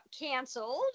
canceled